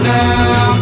now